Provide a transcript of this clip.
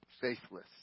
faithless